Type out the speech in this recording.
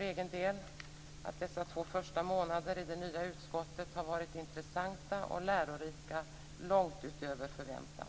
egen del tillägga att dessa två första månader i det nya utskottet har varit intressanta och lärorika långt utöver förväntan.